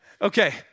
Okay